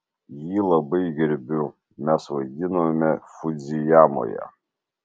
jį labai gerbiu mes vaidinome fudzijamoje